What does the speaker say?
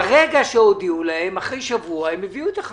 ברגע שהודיעו להם, אחרי שבוע, הם הביאו את החתימה?